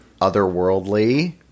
otherworldly